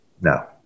No